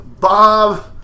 Bob